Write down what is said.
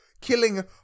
killing